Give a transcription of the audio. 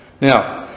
Now